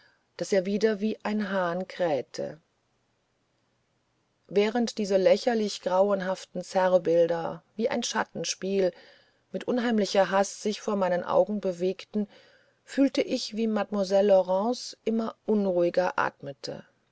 daß er wieder wie ein hahn krähte während diese lächerlich grauenhaften zerrbilder wie ein schattenspiel mit unheimlicher hast sich vor meinen augen bewegten fühlte ich wie mademoiselle laurence immer unruhiger atmete